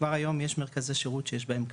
כבר היום יש מרכזי שירות שיש בהם קלפי,